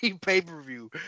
pay-per-view